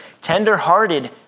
tender-hearted